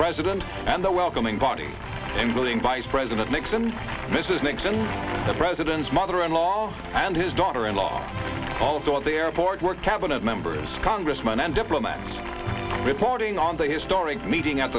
president and the welcoming party including vice president nixon mrs nixon the president's mother in law and his daughter in law also at the airport were cabinet members congressman and diplomats reporting on the historic meeting at